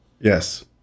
Yes